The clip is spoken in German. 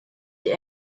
die